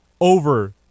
over